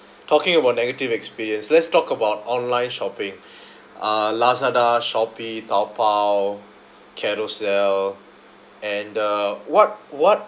talking about negative experience let's talk about online shopping uh Lazada Shopee Taobao Carousel and uh what what